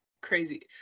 crazy